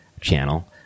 channel